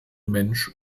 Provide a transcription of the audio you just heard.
mensch